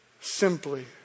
simply